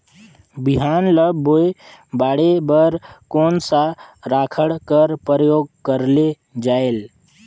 बिहान ल बोये बाढे बर कोन सा राखड कर प्रयोग करले जायेल?